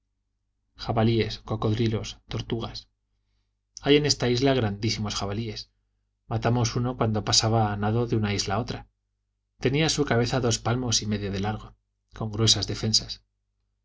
jabalíes cocodrilos tortugas hay en esta isla grandísimos jabalíes matamos uno cuando pasaba a nado de una isla a otra tenía su cabeza dos palmos y medio de larga con gruesas defensas